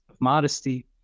modesty